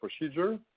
procedure